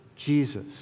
Jesus